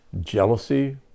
jealousy